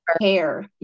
hair